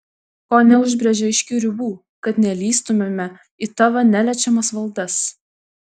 ko neužbrėži aiškių ribų kad nelįstumėme į tavo neliečiamas valdas